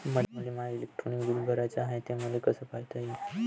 मले माय electric bill भराचं हाय, ते मले कस पायता येईन?